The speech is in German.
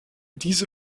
diese